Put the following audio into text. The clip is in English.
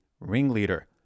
ringleader